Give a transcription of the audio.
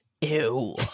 Ew